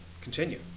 Continue